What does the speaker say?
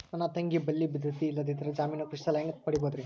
ನನ್ನ ತಂಗಿ ಬಲ್ಲಿ ಭದ್ರತೆ ಇಲ್ಲದಿದ್ದರ, ಜಾಮೀನು ಕೃಷಿ ಸಾಲ ಹೆಂಗ ಪಡಿಬೋದರಿ?